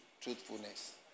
truthfulness